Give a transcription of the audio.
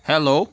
hello